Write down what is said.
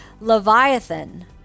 Leviathan